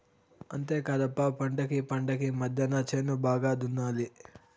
అంతేకాదప్ప పంటకీ పంటకీ మద్దెన చేను బాగా దున్నాలి